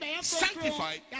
sanctified